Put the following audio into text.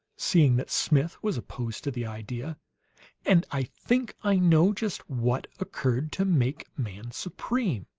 seeing that smith was opposed to the idea and i think i know just what occurred to make man supreme.